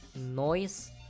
noise